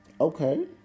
Okay